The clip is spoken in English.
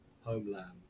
homeland